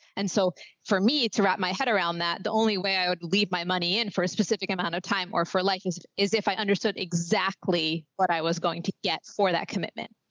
and so for me to wrap my head around that, the only way i would leave my money in for a specific amount of time or for license is if i understood exactly what i was going to get for that commitment.